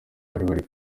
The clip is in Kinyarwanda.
bari